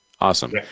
Awesome